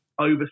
over